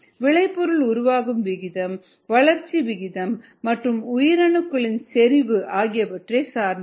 விளைபொருள் உருவாகும் விகிதம் வளர்ச்சி விகிதம் மற்றும் உயிரணுக்களின் செறிவு ஆகியவற்றை சார்ந்தது